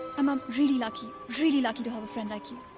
um am really lucky. really lucky to have a friend like you.